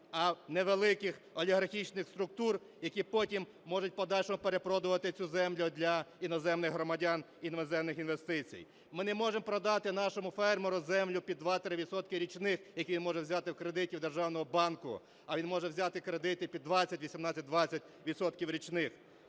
а не великих олігархічних структур, які потім можуть у подальшому перепродувати цю землю для іноземних громадян, іноземних інвестицій. Ми не можемо продати нашому фермеру землю під 2-3 відсотки річних, які він може взяти в кредит у державного банку, а він може взяти кредити під 20, 18-20